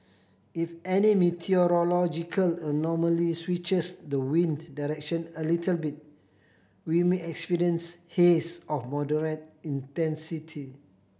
if any meteorological anomaly switches the wind direction a little bit we may experience haze of moderate intensity